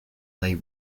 they